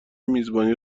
میزبانی